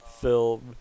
film